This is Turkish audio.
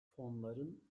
fonların